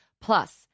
Plus